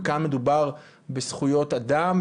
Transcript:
וכאן מדובר בזכויות אדם,